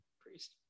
Priest